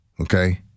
Okay